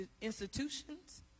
institutions